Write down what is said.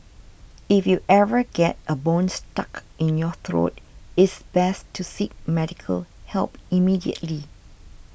if you ever get a bone stuck in your throat it's best to seek medical help immediately